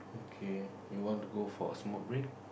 okay you want to go for a smoke break